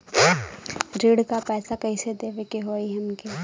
ऋण का पैसा कइसे देवे के होई हमके?